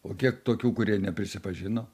o kiek tokių kurie neprisipažino